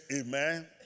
amen